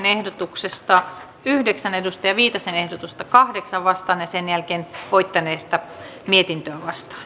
ehdotuksesta yhdeksän ehdotusta kahdeksaan vastaan ja sitten voittaneesta mietintöä